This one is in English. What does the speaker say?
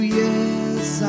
yes